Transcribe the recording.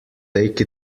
take